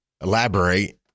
elaborate